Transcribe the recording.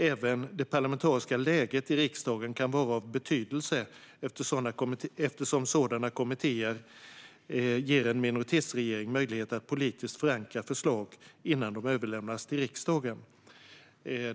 Även det parlamentariska läget i riksdagen kan vara av betydelse eftersom sådana kommittéer ger en minoritetsregering möjlighet att politiskt förankra förslag innan de överlämnas till riksdagen.